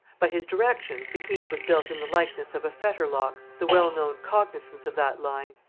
by his directions the keep was built in the likeness of a fetter-lock, the well known cognisance of that line,